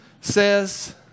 says